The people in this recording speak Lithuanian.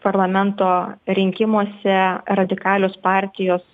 parlamento rinkimuose radikalios partijos